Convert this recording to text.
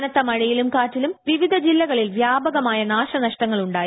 കനത്ത മഴയിലും കാറ്റിലും വിവിധ ജില്ലകളിൽ വ്യാപകമായ നാശനഷ്ടങ്ങൾ ഉണ്ടായി